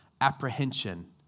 apprehension